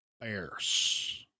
Bears